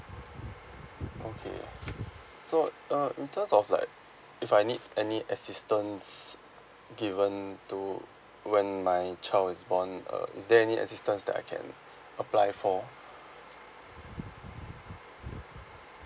okay so uh in terms of like if I need any assistance given to when my child is born uh is there any assistance that I can apply for